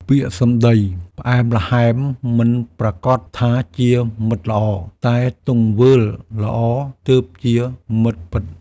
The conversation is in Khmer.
ពាក្យសម្តីផ្អែមល្ហែមមិនប្រាកដថាជាមិត្តល្អ តែទង្វើល្អទើបជាមិត្តពិត។